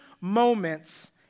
moments